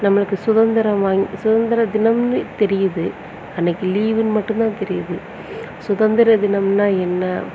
நம்மளுக்கு சுதந்திரம் வாங் சுதந்திர தினம்னு தெரியுது அன்றைக்கி லீவுனு மட்டும் தான் தெரியுது சுதந்திர தினம்னா என்ன